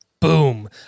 Boom